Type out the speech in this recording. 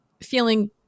feeling